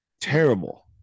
Terrible